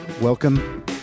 Welcome